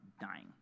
dying